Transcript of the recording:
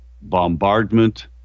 bombardment